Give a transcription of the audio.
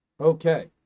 Okay